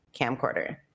camcorder